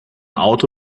auto